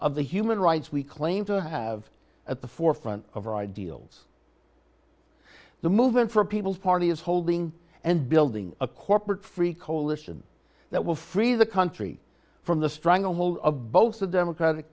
of the human rights we claim to have at the forefront of our ideals the movement for people's party is holding and building a corporate free coalition that will free the country from the stranglehold of both the democratic